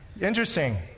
Interesting